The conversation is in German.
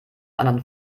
anderen